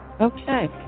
Okay